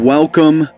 Welcome